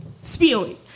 Spewing